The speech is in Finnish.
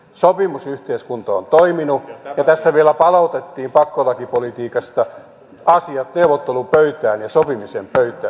sopimusyhteiskunta on toiminut ja tässä vielä palautettiin pakkolakipolitiikasta asiat neuvottelupöytään ja sopimisen pöytään